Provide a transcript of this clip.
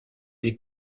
des